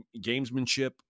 gamesmanship